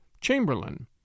chamberlain